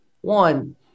one